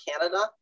Canada